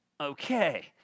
Okay